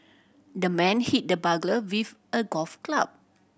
the man hit the burglar with a golf club